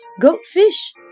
goldfish